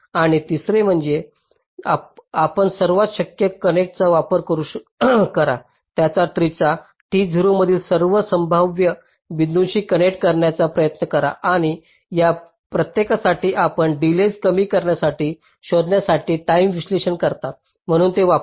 आणि तिसरा म्हणते आपण सर्व शक्य कनेक्शनचा प्रयत्न करा त्या ट्रीाच्या T0 मधील सर्व संभाव्य बिंदूंशी कनेक्ट करण्याचा प्रयत्न करा आणि या प्रत्येकासाठी आपण डिलेज कमी करण्यासाठी शोधण्यासाठी टाईम विश्लेषण करता म्हणून ते वापरा